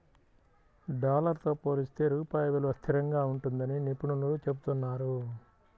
dollar తో పోలిస్తే రూపాయి విలువ స్థిరంగా ఉంటుందని నిపుణులు చెబుతున్నారు